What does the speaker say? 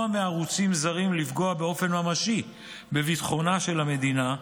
מערוצים זרים לפגוע באופן ממשי בביטחונה של המדינה,